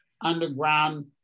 underground